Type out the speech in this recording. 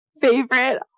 favorite